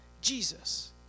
Jesus